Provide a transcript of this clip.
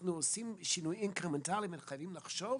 אנחנו עושים שינויים אינקרמנטליים וחייבים לחשוב